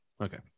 Okay